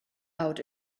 out